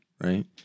right